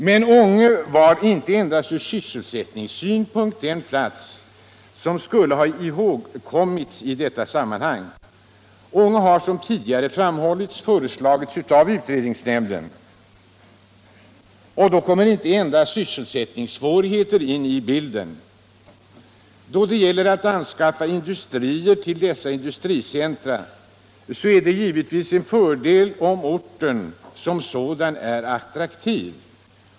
Men Ånge var inte endast ur sysselsättningssynpunkt den plats som borde ha ihågkommits i detta sammanhang. Ånge har som tidigare framhållits föreslagits av utredningsnämnden, och då kommer inte endast sysselsättningssvårigheterna in i bilden. Då det gäller att anskaffa industrier till dessa industricentrer är det givetvis en fördel om orten som sådan är attraktiv.